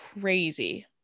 crazy